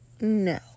no